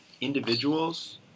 individuals